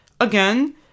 again